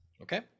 okay